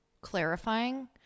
clarifying